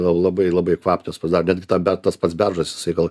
labai labai kvapnios pasudaro net bet tas pats beržas jisai gal